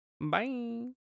bye